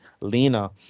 lena